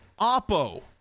Oppo